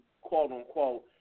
quote-unquote